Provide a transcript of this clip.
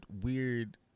weird